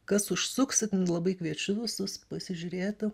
kas užsuksit labai kviečiu visus pasižiūrėti